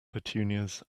petunias